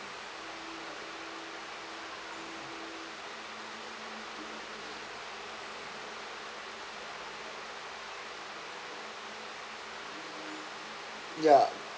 ya